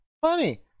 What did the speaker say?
Funny